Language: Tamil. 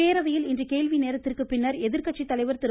பேரவையில் இன்று கேள்விநேரத்திற்கு பின்னர் எதிர்கட்சித்தலைவர் திரு